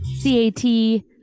C-A-T